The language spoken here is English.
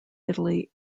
italy